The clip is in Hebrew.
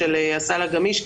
של הסל הגמיש.